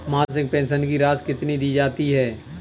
मासिक पेंशन की राशि कितनी दी जाती है?